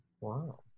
Wow